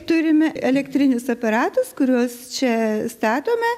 turime elektrinius aparatus kuriuos čia statome